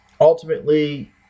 ultimately